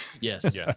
Yes